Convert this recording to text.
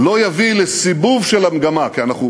לא יביא לסיבוב המגמה, כי אנחנו